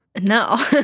No